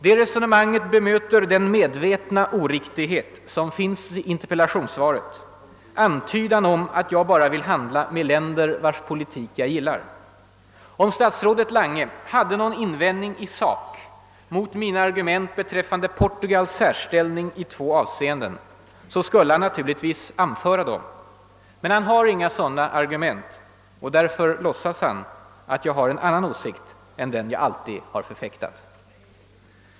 Detta resonemang bemöter den medvetna oriktighet som finns i interpellationssvaret: antydan om att jag bara vill handla med länder vilkas politik jag gillar. Om statsrådet Lange i sak hade någon invändning mot mina argument beträffande Portugals särställning i två avseenden skulle han naturligtvis anföra dem. Men han har inga sådana argument, och därför låtsas han att jag har en annan åsikt än den jag alltid har förfäktat.